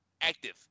active